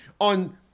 on